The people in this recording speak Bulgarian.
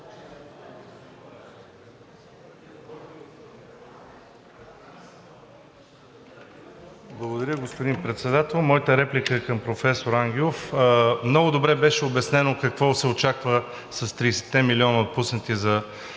Благодаря, господин Председател. Моята реплика е към професор Ангелов. Много добре беше обяснено какво се очаква с 30-те милиона, отпуснати за